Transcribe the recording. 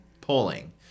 polling